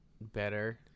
better